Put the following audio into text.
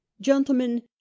Gentlemen